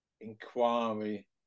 inquiry